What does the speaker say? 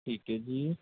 ਠੀਕ ਹੈ ਜੀ